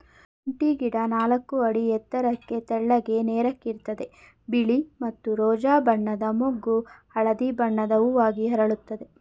ಶುಂಠಿ ಗಿಡ ನಾಲ್ಕು ಅಡಿ ಎತ್ತರಕ್ಕೆ ತೆಳ್ಳಗೆ ನೇರಕ್ಕಿರ್ತದೆ ಬಿಳಿ ಮತ್ತು ರೋಜಾ ಬಣ್ಣದ ಮೊಗ್ಗು ಹಳದಿ ಬಣ್ಣದ ಹೂವಾಗಿ ಅರಳುತ್ತದೆ